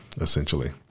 essentially